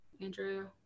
andrew